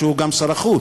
שהוא גם שר החוץ,